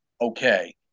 Okay